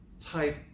type